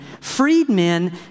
Freedmen